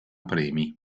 premi